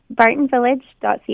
BartonVillage.ca